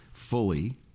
fully